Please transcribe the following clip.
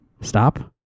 stop